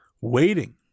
waiting